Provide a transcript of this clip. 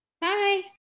Bye